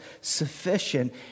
sufficient